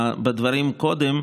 בדברים קודם,